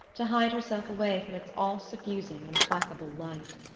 to hide herself away from its all-suffusing implacable light.